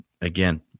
again